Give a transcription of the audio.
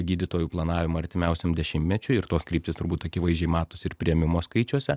gydytojų planavimą artimiausiam dešimtmečiui ir tos kryptys turbūt akivaizdžiai matosi ir priėmimo skaičiuose